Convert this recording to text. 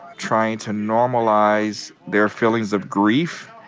trying to normalize their feelings of grief,